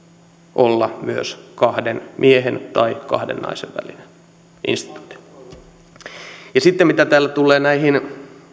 olla myös kahden miehen tai kahden naisen välinen instituutio sitten mitä täällä tulee näihin